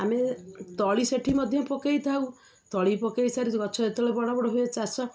ଆମେ ତଳି ସେଠି ମଧ୍ୟ ପକାଇଥାଉ ତଳି ପକାଇ ସାରି ଗଛ ଯେତେବେଳେ ବଡ଼ ବଡ଼ ହୁଏ ଚାଷ